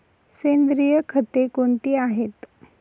सेंद्रिय खते कोणती आहेत?